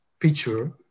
picture